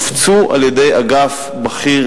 הופצו ב-26 במאי 2010 על-ידי אגף בכיר